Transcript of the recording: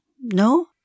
No